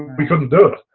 we couldn't do it.